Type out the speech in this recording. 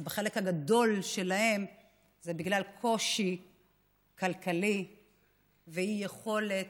בחלקם הגדול זה בגלל קושי כלכלי ואי-יכולת